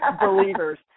believers